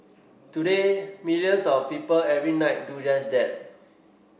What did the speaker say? today millions of people every night do just that